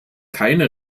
keine